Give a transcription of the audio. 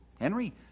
Henry